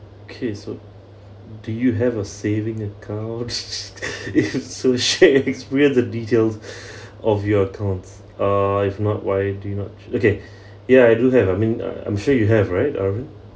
okay so do you have a saving account so share your experience and details of your accounts uh if not why do you not okay ya I do have I mean I'm sure you have right arvind